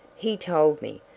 he told me,